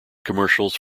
commercials